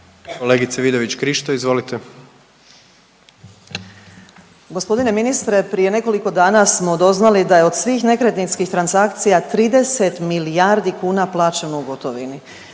izvolite. **Vidović Krišto, Karolina (Nezavisni)** . ministre, prije nekoliko dana smo doznali da je od svih nekretninskih transakcija 30 milijardi kuna plaćamo u gotovini.